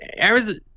Arizona